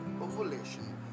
ovulation